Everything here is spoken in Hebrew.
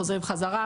חוזרים בחזרה,